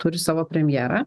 turi savo premjerą